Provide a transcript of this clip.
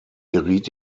geriet